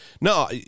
no